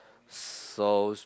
so she